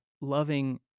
loving